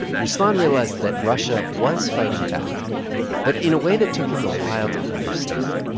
ruslan realized that russia was fighting back but in a way that took him a while to understand.